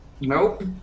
Nope